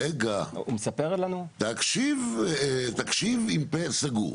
רגע, תקשיב עם פה סגור.